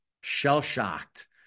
shell-shocked